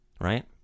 right